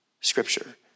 scripture